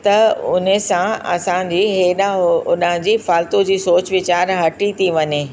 त उने सां असांजी हेॾां होॾां जी फालतू जी सोच वीचार हटी थी वञे